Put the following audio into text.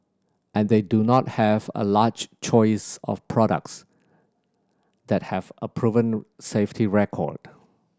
and they do not have a large choice of products that have a proven safety record